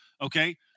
okay